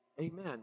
Amen